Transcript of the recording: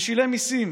ושילם מיסים.